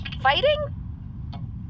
fighting